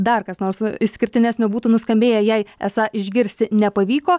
dar kas nors išskirtinesnio būtų nuskambėję jai esą išgirsti nepavyko